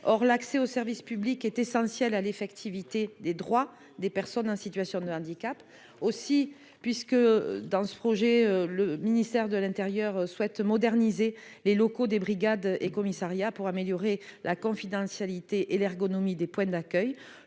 or l'accès au service public est essentiel à l'effectivité des droits des personnes en situation de handicap aussi puisque dans ce projet, le ministère de l'Intérieur souhaite moderniser les locaux des brigades et commissariats pour améliorer la confidentialité et l'ergonomie des points d'accueil